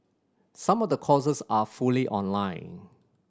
some of the courses are fully online